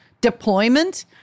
deployment